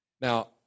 Now